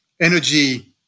energy